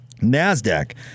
NASDAQ